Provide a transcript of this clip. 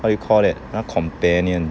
what you call that uh companion